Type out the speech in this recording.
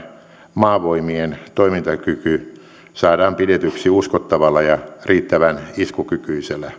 maavoimien toimintakyky saadaan pidetyksi uskottavalla ja riittävän iskukykyisellä